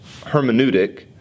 hermeneutic